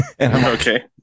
Okay